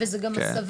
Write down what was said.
וזה גם הסבה,